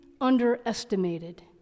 underestimated